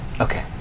Okay